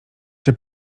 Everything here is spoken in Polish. czy